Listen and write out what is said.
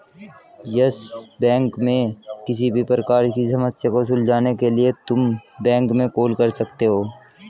yes Bank में किसी भी प्रकार की समस्या को सुलझाने के लिए तुम बैंक में कॉल कर सकते हो